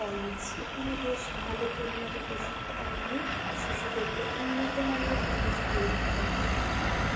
college এখানে বেশ ভালো পরিমাণে প্রশিক্ষণ দিয়ে শিশুদেরকে উন্নতমানের মানুষ তৈরি করার চেষ্টা করা হচ্ছে